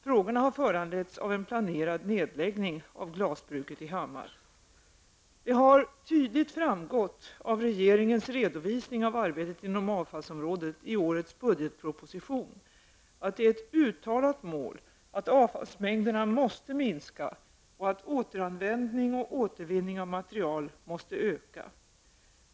Frågorna har föranletts av en planerad nedläggning av glasbruket i Hammar. Det har tydligt framgått av regeringens redovisning av arbetet inom avfallsområdet i årets budgetproposition att det är ett uttalat mål att avfallsmängderna måste minska och att återanvändning och återvinning av material måste öka.